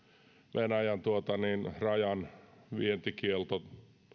venäjän rajan vientikielto